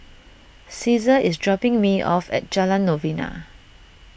Ceasar is dropping me off at Jalan Novena